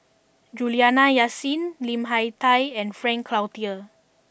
Juliana Yasin Lim Hak Tai and Frank Cloutier